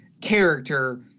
character